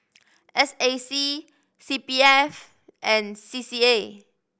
S A C C P F and C C A